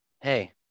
Hey